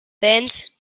band